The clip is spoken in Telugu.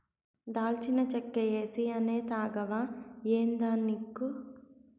దాల్చిన చెక్క ఏసీ అనే తాగవా ఏందానిక్కు